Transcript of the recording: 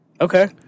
Okay